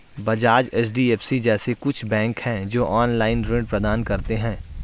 Bajaj, HDFC जैसे कुछ bank है, जो ऑनलाईन ऋण प्रदान करते हैं